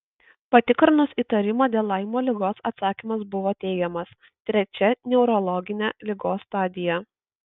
patikrinus įtarimą dėl laimo ligos atsakymas buvo teigiamas trečia neurologinė ligos stadija